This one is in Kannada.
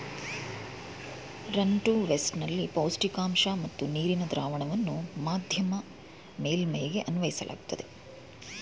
ರನ್ ಟು ವೇಸ್ಟ್ ನಲ್ಲಿ ಪೌಷ್ಟಿಕಾಂಶ ಮತ್ತು ನೀರಿನ ದ್ರಾವಣವನ್ನ ಮಧ್ಯಮ ಮೇಲ್ಮೈಗೆ ಅನ್ವಯಿಸಲಾಗ್ತದೆ